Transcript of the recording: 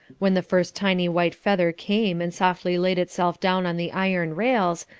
when the first tiny white feather came and softly laid itself down on the iron rails,